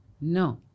No